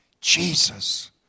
Jesus